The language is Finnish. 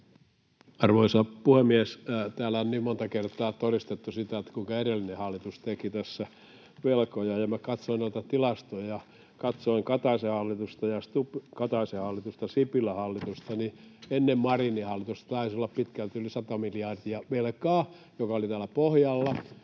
Arvoisa puhemies! Täällä on niin monta kertaa todistettu sitä, kuinka edellinen hallitus teki tässä velkoja. Kun minä katsoin noita tilastoja, katsoin Kataisen hallitusta, Stubb—Kataisen hallitusta ja Sipilän hallitusta, niin ennen Marinin hallitusta taisi olla pitkälti yli 100 miljardia velkaa, joka oli täällä pohjalla,